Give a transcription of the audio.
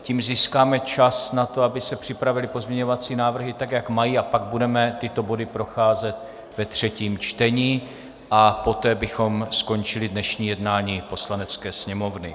Tím získáme čas na to, aby se připravily pozměňovací návrhy tak, jak mají, a pak budeme tyto body procházet ve třetím čtení a poté bychom skončili dnešní jednání Poslanecké sněmovny.